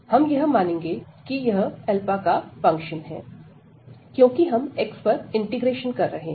हम यह मानेंगे कि यह का फंक्शन है क्योंकि हम x पर इंटीग्रेशन कर रहे हैं